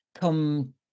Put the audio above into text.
come